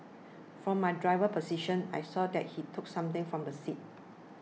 from my driver's position I saw that he took something from the seat